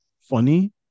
funny